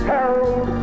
Harold